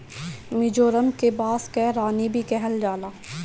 मिजोरम के बांस कअ रानी भी कहल जाला